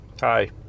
hi